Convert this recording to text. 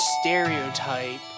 Stereotype